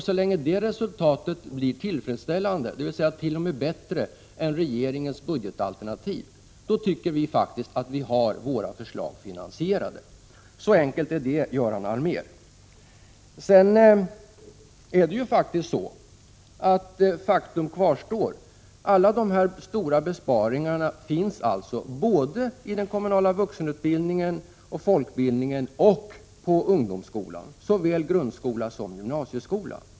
Så länge det resultatet blir tillfredsställande, dvs. t.o.m. bättre än regeringens budgetalternativ, tycker vi faktiskt att vi har våra förslag finansierade. Så enkelt är det, Göran Allmér. Faktum kvarstår att alla de här stora besparingarna gäller för den kommunala vuxenutbildningen, för folkbildningen och för ungdomsskolan, såväl grundskolan som gymnasieskolan.